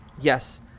Yes